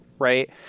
Right